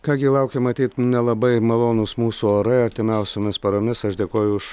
ką gi laukia matyt nelabai malonūs mūsų orai artimiausiomis paromis aš dėkoju už